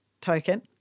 token